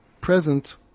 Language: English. present